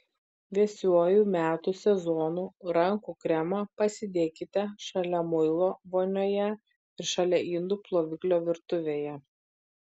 vėsiuoju metų sezonu rankų kremą pasidėkite šalia muilo vonioje ir šalia indų ploviklio virtuvėje